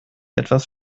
etwas